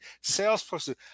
salesperson